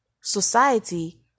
society